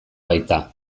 baita